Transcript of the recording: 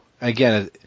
again